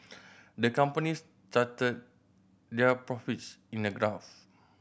the companies charted their profits in a graph